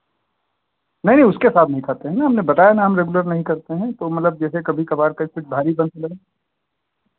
नहीं नहीं उसके साथ नहीं खाते हैं ना हमने बताया ना हम रेगुलर नहीं करते हैं तो मतलब जैसे कभी कभार कभी कुछ भारीपन सा लगे